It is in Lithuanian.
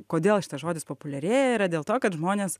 kodėl šitas žodis populiarėja yra dėl to kad žmonės